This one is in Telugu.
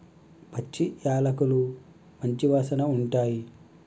పచ్చి యాలకులు మంచి వాసన ఉంటాయి